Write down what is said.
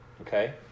okay